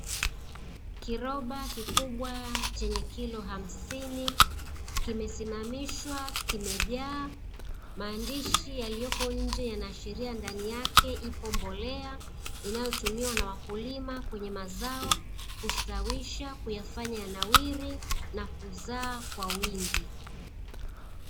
Kiroba kikubwa chenye kilo hamsini, kimesimamishwa, kimejaa maandishi yaliyoko nje, yanaashiria ndani yake ipo mbolea inayo tumiwa na wakulima kwenye mazao, kustawisha kuyafanya yanawiri, na kuzaa kwa wingi.